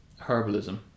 herbalism